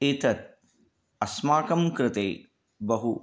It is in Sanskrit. एतत् अस्माकं कृते बहु